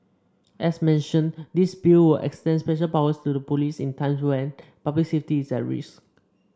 as mentioned this Bill would extend special powers to the police in times when public safety is at risk